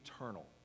eternal